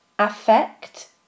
Affect